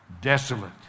desolate